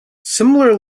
similar